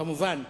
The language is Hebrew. במובן.